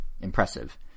impressive